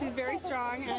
very strong.